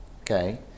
okay